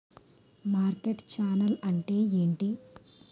Market channel అంటే ఏంటి?